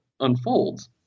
unfolds